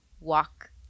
walk